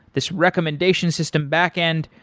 this recommendation system backend,